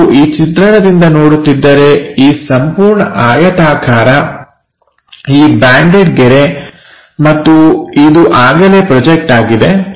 ನಾವು ಈ ಚಿತ್ರಣದಿಂದ ನೋಡುತ್ತಿದ್ದರೆ ಈ ಸಂಪೂರ್ಣ ಆಯತಾಕಾರ ಈ ಬ್ಯಾಂಡೆಡ್ ಗೆರೆ ಮತ್ತು ಇದು ಆಗಲೇ ಪ್ರೊಜೆಕ್ಟ್ ಆಗಿದೆ